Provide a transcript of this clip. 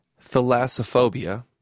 thalassophobia